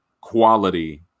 quality